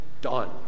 done